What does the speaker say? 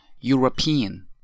European